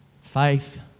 faith